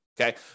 okay